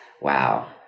Wow